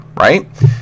right